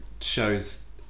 Shows